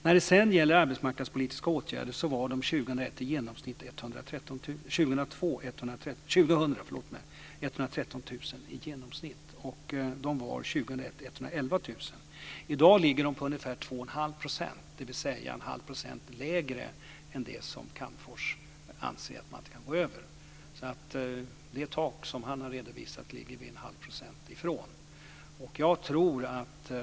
När det sedan gäller arbetsmarknadspolitiska åtgärder var det år 2000 i genomsnitt 113 000, och 2001 var det 111 000. I dag ligger det på ungefär 21⁄2 %, dvs. en halv procent lägre än det som Calmfors anser att man inte kan gå över.